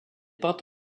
peinte